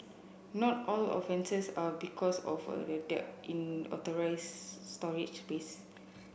not all offences are because of a in authorised storage pace